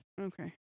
Okay